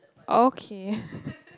okay